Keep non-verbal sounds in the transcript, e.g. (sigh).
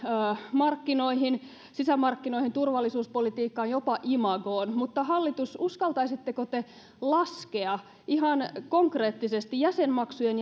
markkinoihin sisämarkkinoihin turvallisuuspolitiikkaan jopa imagoon mutta hallitus uskaltaisitteko te laskea ihan konkreettisesti jäsenmaksujen (unintelligible)